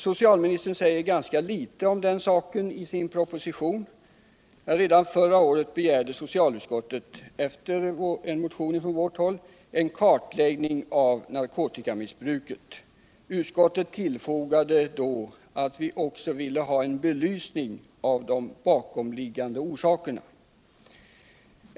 Socialministern säger ganska litet om den saken i sin proposition. Redan förra året begärde socialutskottet efter en motion från vårt håll en kartläggning av narkotikamissbruket. Utskottet tillfogade då att vi också ville ha en belysning av de bakomliggande orsakerna.